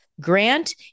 Grant